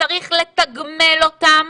דיברנו על זה בוועדה הקודמת, שצריך לתגמל אותם.